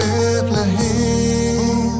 Bethlehem